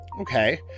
Okay